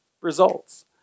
results